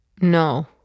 No